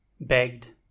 begged